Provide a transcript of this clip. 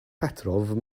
petrov